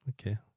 Okay